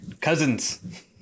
cousins